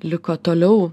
liko toliau